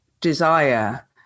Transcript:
desire